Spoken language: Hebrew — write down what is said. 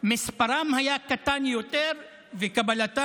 מספרם היה קטן יותר וקבלתם